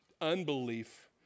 unbelief